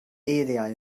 eiriau